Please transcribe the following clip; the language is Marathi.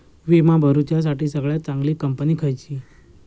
विमा भरुच्यासाठी सगळयात चागंली कंपनी खयची?